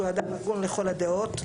שהוא אדם הגון לכל הדעות.